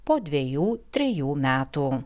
po dvejų trejų metų